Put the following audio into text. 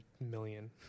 million